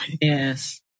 Yes